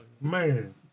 Man